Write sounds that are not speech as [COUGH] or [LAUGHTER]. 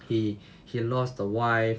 he [BREATH] he lost the wife